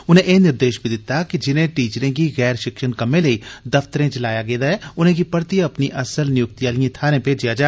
उनें एह् निर्देष बी दित्ता कि जिने टीचरें गी गैर षिक्षण कम्में लेई दफ्तरें च लाए गेदा ऐ उनेंगी परतियै अपनिएं अस्सल नियुक्ति आलिएं थाह्रें भेजेआ जा